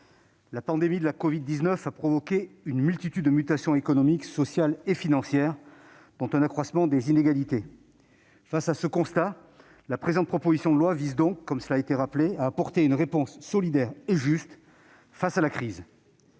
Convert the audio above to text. la pandémie de la covid-19 a provoqué une multitude de mutations économiques, sociales et financières, dont un accroissement des inégalités. Face à ce constat, la présente proposition de loi vise- cela a été indiqué -à apporter une réponse solidaire et juste face à la crise.